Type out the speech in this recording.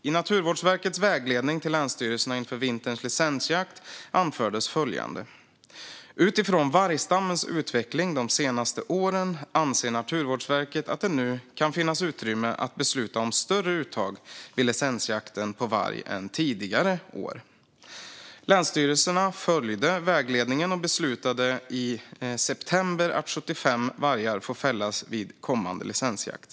I Naturvårdsverkets vägledning till länsstyrelserna inför vinterns licensjakt anfördes följande: "Utifrån vargstammens utveckling de senaste åren anser Naturvårdsverket att det nu kan finnas utrymme att besluta om större uttag vid licensjakten på varg än tidigare år." Länsstyrelserna följde vägledningen och beslutade i september att 75 vargar får fällas vid kommande licensjakt.